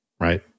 right